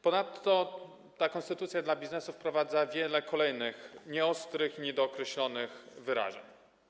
Ponadto ta konstytucja dla biznesu wprowadza wiele kolejnych nieostrych i niedookreślonych wyrażeń.